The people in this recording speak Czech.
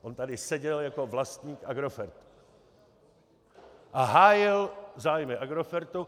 On tady seděl jako vlastník Agrofertu a hájil zájmy Agrofertu.